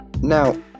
now